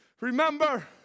Remember